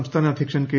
സംസ്ഥാന അധ്യക്ഷൻ കെ